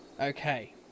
Okay